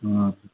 उहाँके